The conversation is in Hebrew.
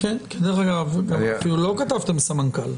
דרך אגב, לא כתבתם סמנכ"ל.